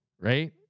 right